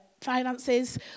finances